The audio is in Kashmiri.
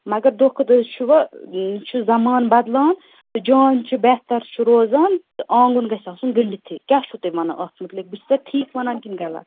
مگر دۄہ کھۄتہٕ دۄہ چھِ وۄنۍ چھُ زمانہٕ بدلان تہٕ جان چھُ بہتر چھُ روزان آنگُن گَژھہ آسُن گٔنڑِتھٕے کیاہ چھِو تۄہہِ ونان اتھ مُتعلِق بہٕ چھسا ٹھیٖک ونان کِنہ غلط